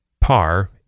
par